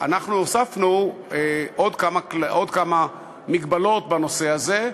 אנחנו הוספנו עוד כמה הגבלות בנושא הזה.